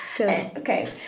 okay